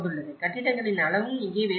கட்டிடங்களின் அளவும் இங்கே வேறுபட்டது